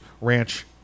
ranch